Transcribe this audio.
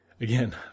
again